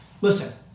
Listen